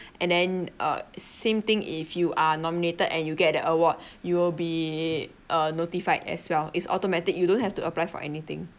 and then uh same thing if you are nominated and you get award you will be uh notified as well is automatic you don't have to apply for anything